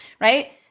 right